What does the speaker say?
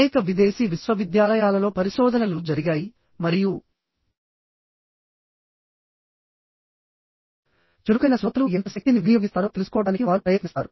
అనేక విదేశీ విశ్వవిద్యాలయాలలో పరిశోధనలు జరిగాయి మరియు చురుకైన శ్రోతలు ఎంత శక్తిని వినియోగిస్తారో తెలుసుకోవడానికి వారు ప్రయత్నిస్తారు